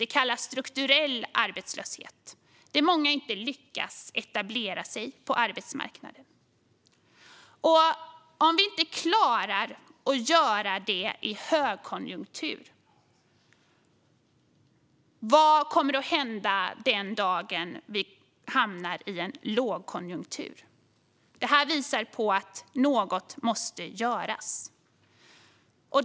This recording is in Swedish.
Det kallas strukturell arbetslöshet, där många inte lyckas etablera sig på arbetsmarknaden. Om vi inte klarar att göra detta i högkonjunktur - vad kommer då att hända den dag vi hamnar i en lågkonjunktur? Det här visar på att något måste göras.